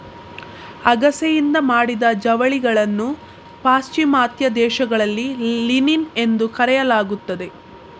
ಅಗಸೆಯಿಂದ ಮಾಡಿದ ಜವಳಿಗಳನ್ನು ಪಾಶ್ಚಿಮಾತ್ಯ ದೇಶಗಳಲ್ಲಿ ಲಿನಿನ್ ಎಂದು ಕರೆಯಲಾಗುತ್ತದೆ